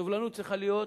סובלנות צריכה להיות